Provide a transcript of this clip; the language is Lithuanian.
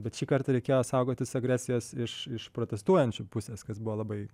bet šįkart reikėjo saugotis agresijos iš iš protestuojančių pusės kas buvo labai